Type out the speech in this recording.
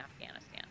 Afghanistan